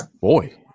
Boy